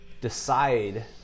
decide